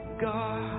God